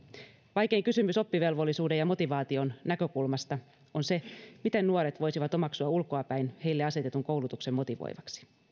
vaikein kysymys oppivelvollisuuden ja motivaation näkökulmasta on se miten nuoret voisivat omaksua ulkoapäin heille asetetun koulutuksen motivoivaksi